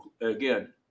again